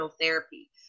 therapy